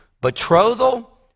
betrothal